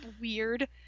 weird